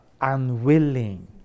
unwilling